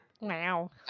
Wow